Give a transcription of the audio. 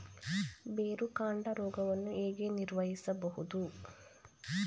ಬೇರುಕಾಂಡ ರೋಗವನ್ನು ಹೇಗೆ ನಿರ್ವಹಿಸಬಹುದು?